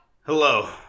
Hello